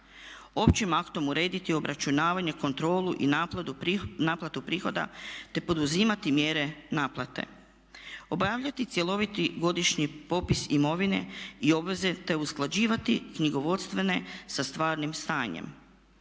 Općim aktom urediti obračunavanje, kontrolu i naplatu prihoda te poduzimati mjere naplate. Obavljati cjeloviti godišnji popis imovine i obaveze te usklađivati knjigovodstvene sa stvarnim stanjem.